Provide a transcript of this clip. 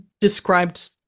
described